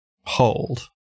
hold